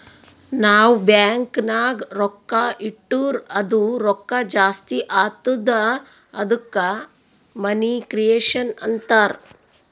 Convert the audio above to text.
ನಾವ್ ಬ್ಯಾಂಕ್ ನಾಗ್ ರೊಕ್ಕಾ ಇಟ್ಟುರ್ ಅದು ರೊಕ್ಕಾ ಜಾಸ್ತಿ ಆತ್ತುದ ಅದ್ದುಕ ಮನಿ ಕ್ರಿಯೇಷನ್ ಅಂತಾರ್